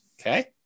Okay